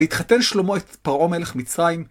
והתחתן שלמה את פרעה מלך מצרים.